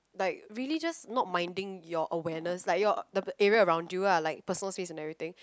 like really just not minding your awareness like your the area around you lah like personal space and everything